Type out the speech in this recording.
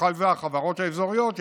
ובכלל זה החברות האזוריות,